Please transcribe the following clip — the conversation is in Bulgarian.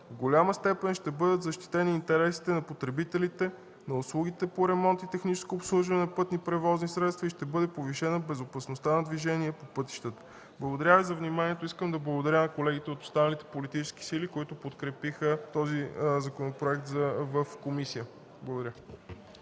в голяма степен ще бъдат защитени интересите на потребителите, на услугите по ремонт и техническо обслужване на пътни превозни средства и ще бъде повишена безопасността на движение по пътищата. Искам да благодаря на колегите от останалите политически сили, които подкрепиха този законопроект в комисията. Благодаря